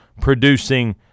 producing